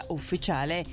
ufficiale